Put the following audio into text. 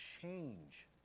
change